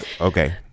Okay